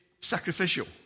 sacrificial